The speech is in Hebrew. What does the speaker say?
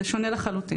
זה שונה לחלוטין,